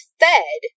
fed